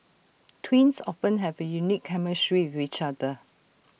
twins often have A unique chemistry with each other